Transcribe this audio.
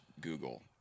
Google